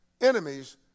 enemies